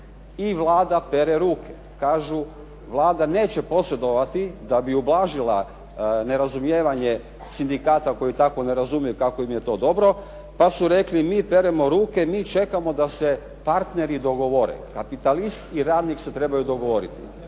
I Vlada pere ruke, kažu Vlada neće posredovati da bi ublažila nerazumijevanje sindikata koji i tako ne razumiju kako im je to dobro pa su rekli mi peremo ruke mi čekamo da se partneri dogovore. Kapitalist i radnik se trebaju dogovoriti.